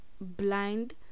blind